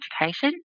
Education